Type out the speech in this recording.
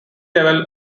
level